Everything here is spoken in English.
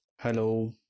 Hello